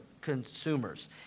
consumers